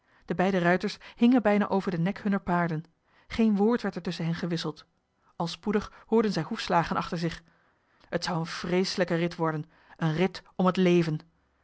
de beide ruiters hingen bijna over den nek hunner paarden geen woord werd er tusschen hen gewisseld al spoedig hoorden zij hoefslagen achter zich t zou een vreeselijke rit worden een rit om het leven